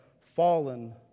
fallen